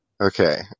Okay